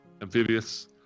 Amphibious